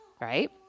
right